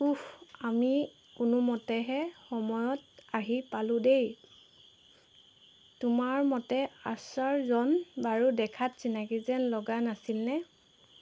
উফ আমি কোনোমতেহে সময়ত আহি পালোঁ দেই তোমাৰ মতে আশ্বাৰজন বাৰু দেখাত চিনাকী যেন লগা নাছিলনে